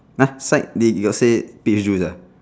!huh! sign did your say peach juice uh